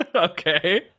Okay